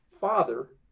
father